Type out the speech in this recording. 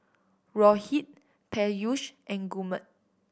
Rohit Peyush and Gurmeet